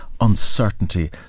uncertainty